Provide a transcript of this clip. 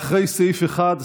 אחרי סעיף 1,